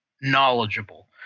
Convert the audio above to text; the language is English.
knowledgeable